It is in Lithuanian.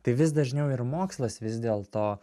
tai vis dažniau ir mokslas vis dėlto